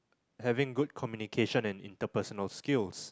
having good communication and interpersonal skills